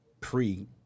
pre